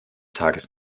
tages